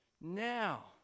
now